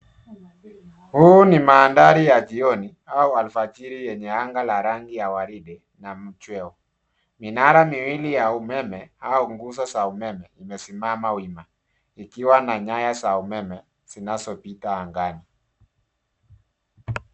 Huu ni mandhari ya jioni au alfajiri yenye anga ya rangi ya waridi na mchweo. Minara miwili ya umeme au nguzo za umeme zimesimama wima zikiwa na nyaya za umeme zinazopita angani.